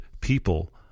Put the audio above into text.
people